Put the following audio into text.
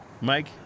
Mike